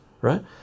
right